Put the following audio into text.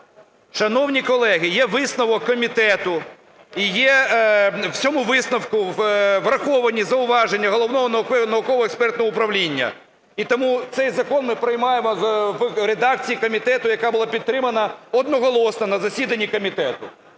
Шановні колеги, є висновок комітету, і в цьому висновку враховані зауваження Головного науково-експертного управління. І тому цей закон ми приймаємо в редакції комітету, яка була підтримана одноголосно на засіданні комітету.